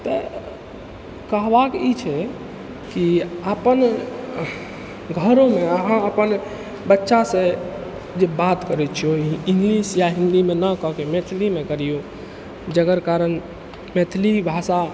तऽ कहबाक ई छै कि अपन घरोमे अहाँ अपन बच्चासँ जे बात करै छी ओही इंग्लिश या हिन्दीमे ना कऽ के मैथिलीमे करियौ जकर कारण मैथिली भाषा